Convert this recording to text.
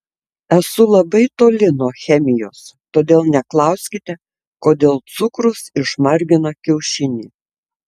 esu labai toli nuo chemijos todėl neklauskite kodėl cukrus išmargina kiaušinį